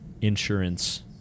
insurance